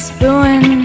Spoon